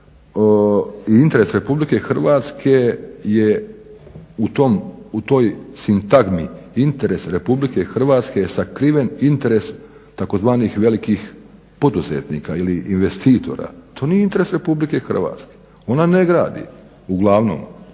interesa Republike Hrvatske sakriven interes tzv. velikih poduzetnika ili investitora, to nije interes Republike Hrvatske, ona ne gradi, uglavnom,